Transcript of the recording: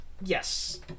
yes